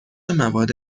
مواد